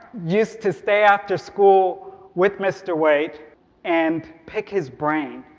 used to stay after school with mr. wey and pick his brain.